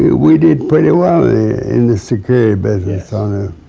we did pretty well in the security business on the.